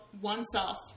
oneself